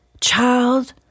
child